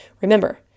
Remember